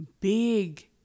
big